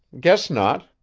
guess not.